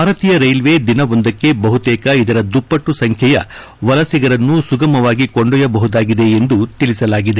ಭಾರತೀಯ ರೈಲ್ವೆ ದಿನವೊಂದಕ್ಕೆ ಬಹುತೇಕ ಇದರ ದುಪ್ಪಟ್ಟು ಸಂಖ್ವೆಯ ವಲಸಿಗರನ್ನು ಸುಗಮವಾಗಿ ಕೊಂಡೊಯ್ಲಬಹುದಾಗಿದೆ ಎಂದು ತಿಳಿಸಲಾಗಿದೆ